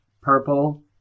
purple